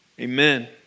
Amen